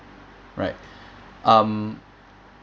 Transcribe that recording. right um